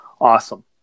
awesome